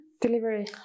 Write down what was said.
Delivery